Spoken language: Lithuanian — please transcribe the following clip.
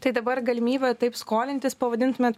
tai dabar galimybė taip skolintis pavadintumėt